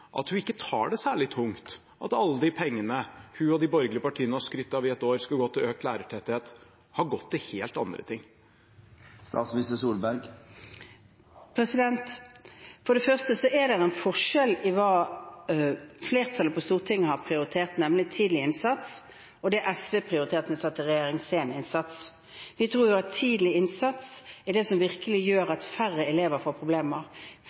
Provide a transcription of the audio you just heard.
at hun ikke tar det særlig tungt at alle de pengene som hun og de borgerlige partiene i et år har skrytt av at skulle gå til økt lærertetthet, har gått til helt andre ting? For det første er det en forskjell på hva flertallet på Stortinget har prioritert, nemlig tidlig innsats, og det som SV prioriterte da de satt i regjering, sen innsats. Vi tror at tidlig innsats er det som virkelig gjør at færre elever får problemer,